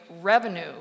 revenue